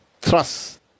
thrust